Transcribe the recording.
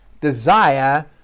desire